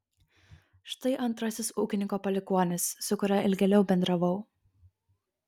štai antrasis ūkininko palikuonis su kuriuo ilgėliau bendravau